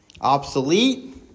obsolete